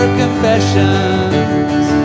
confessions